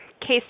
case